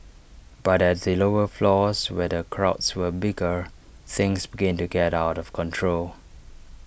but at the lower floors where the crowds were bigger things began to get out of control